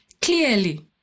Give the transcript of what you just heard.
Clearly